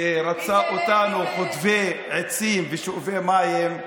שרוצה אותנו חוטבי עצים ושואבי מים,